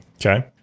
Okay